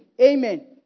Amen